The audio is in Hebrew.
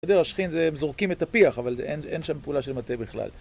אתם יודעים, השחין, הם זורקים את הפיח, אבל אין שם פעולה של מטה בכלל.